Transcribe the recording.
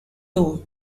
tour